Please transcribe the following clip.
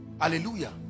Hallelujah